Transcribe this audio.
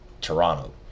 Toronto